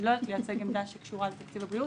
אני לא יודעת לייצג עמדה שקשורה לתקציב הבריאות.